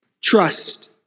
trust